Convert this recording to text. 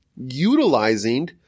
utilizing